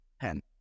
pen